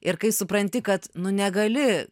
ir kai supranti kad nu negali